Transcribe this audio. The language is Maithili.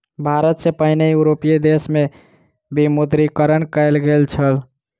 भारत सॅ पहिने यूरोपीय देश में विमुद्रीकरण कयल गेल छल